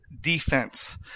defense